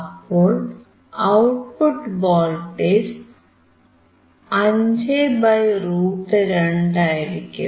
അപ്പോൾ output voltage 5√2 ആയിരിക്കും